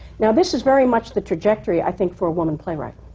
now, this is very much the trajectory, i think, for a woman playwright.